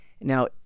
Now